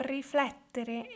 riflettere